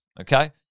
Okay